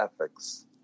ethics